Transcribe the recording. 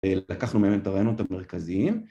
לקחנו מהם את הרעיונות המרכזיים